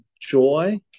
joy